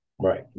Right